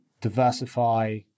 diversify